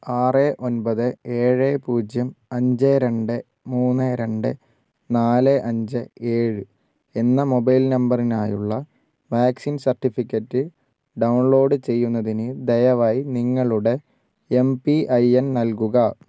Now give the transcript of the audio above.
ആറ് ഒൻപത് ഏഴ് പൂജ്യം അഞ്ച് രണ്ട് മൂന്ന് രണ്ട് നാല് അഞ്ച് ഏഴ് എന്ന മൊബൈൽ നമ്പറിനായുള്ള വാക്സിൻ സർട്ടിഫിക്കറ്റ് ഡൗൺലോഡ് ചെയ്യുന്നതിന് ദയവായി നിങ്ങളുടെ എം പി ഐ എൻ നൽകുക